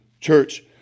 Church